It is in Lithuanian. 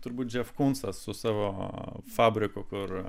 turbūt džefkunsas su savo fabriku kur